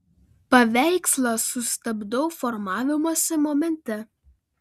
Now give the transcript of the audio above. paveikslą sustabdau formavimosi momente